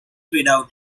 without